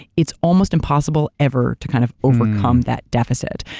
it's almost impossible ever to kind of overcome that deficit.